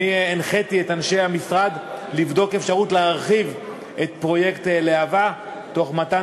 הנחיתי את אנשי המשרד לבדוק אפשרות להרחיב את פרויקט להב"ה תוך מתן